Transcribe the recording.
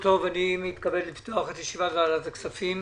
בוקר טוב, אני מתכבד לפתוח את ישיבת ועדת הכספים.